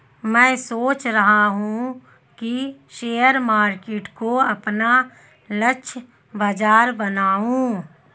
मैं सोच रहा हूँ कि शेयर मार्केट को अपना लक्ष्य बाजार बनाऊँ